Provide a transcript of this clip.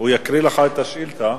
יש לך את השאילתא,